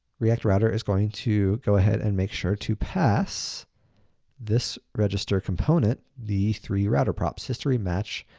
react router is going to go ahead and make sure to pass this registered component the three router props, history, match,